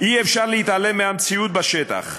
אי-אפשר להתעלם מהמציאות בשטח.